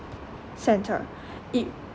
centre it